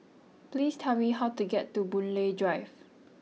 please tell me how to get to Boon Lay Drive